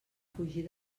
fugir